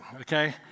okay